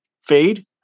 fade